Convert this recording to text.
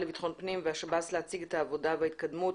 לבטחון פנים והשב"ס להציג את העבודה וההתקדמות